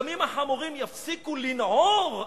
גם אם החמורים יפסיקו לנעור,